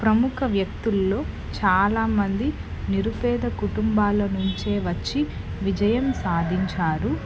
ప్రముఖ వ్యక్తుల్లో చాలా మంది నిరుపేద కుటుంబాల నుంచే వచ్చి విజయం సాధించారు